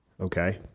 okay